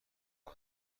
همه